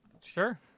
Sure